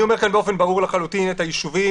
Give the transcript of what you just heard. אני אומר כאן באופן ברור לחלוטין שאת הישובים